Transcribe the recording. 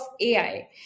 AI